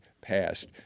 passed